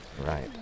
Right